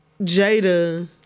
Jada